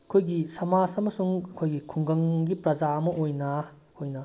ꯑꯩꯈꯣꯏꯒꯤ ꯁꯃꯥꯖ ꯑꯃꯁꯨꯡ ꯑꯩꯈꯣꯏꯒꯤ ꯈꯨꯡꯒꯪꯒꯤ ꯄ꯭ꯔꯖꯥ ꯑꯃ ꯑꯣꯏꯅ ꯑꯩꯈꯣꯏꯅ